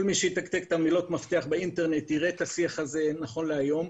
כל מי שיחפש את מילות המפתח באינטרנט יראה את השיח הזה נכון להיום.